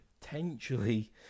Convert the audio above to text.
potentially